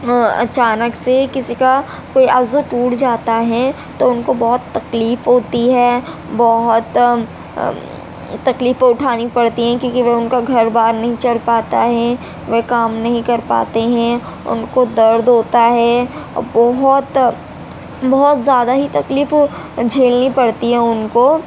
اچانک سے کسی کا کوئی عضو ٹوٹ جاتا ہے تو ان کو بہت تکلیف ہوتی ہے بہت تکلیفیں اٹھانی پڑتی ہیں کیونکہ وہ ان کا گھر بار نہیں چل پاتا ہے وہ کام نہیں کر پاتے ہیں ان کو درد ہوتا ہے اور بہت بہت زیادہ ہی تکلیف جھیلنی پڑتی ہے ان کو